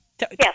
Yes